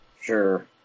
Sure